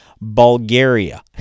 Bulgaria